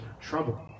trouble